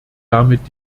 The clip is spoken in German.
damit